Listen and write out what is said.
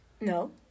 no